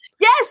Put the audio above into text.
Yes